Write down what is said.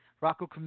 Rocco